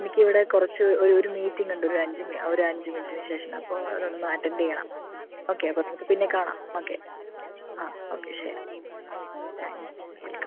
എനിക്കിവിടെ കുറച്ചു ഒരു ഒരു മീറ്റിങ്ങുണ്ട് ഒരു അഞ്ചു ഒരു അഞ്ചു മിനിട്ടിനു ശേഷം അപ്പോൾ അതൊന്നു അറ്റൻ്റ് ചെയ്യണം ഓക്കെ അപ്പോൾ നമുക്ക് പിന്നെക്കാണാം ഓക്കെ ആ ഓക്കെ ശരി വിളിക്കാം